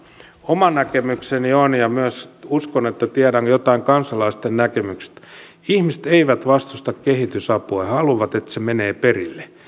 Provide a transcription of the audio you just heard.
oma näkemykseni on ja myös uskon että tiedän jotain kansalaisten näkemyksistä että ihmiset eivät vastusta kehitysapua he he haluavat että se menee perille